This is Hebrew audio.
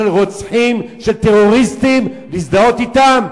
של רוצחים, של טרוריסטים, להזדהות אתם?